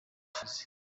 ishize